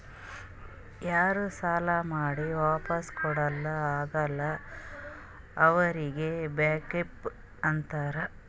ಯಾರೂ ಸಾಲಾ ಮಾಡಿ ವಾಪಿಸ್ ಕೊಡ್ಲಾಕ್ ಆಗಲ್ಲ ಅವ್ರಿಗ್ ಬ್ಯಾಂಕ್ರಪ್ಸಿ ಅಂತಾರ್